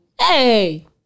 Hey